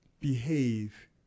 Behave